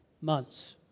months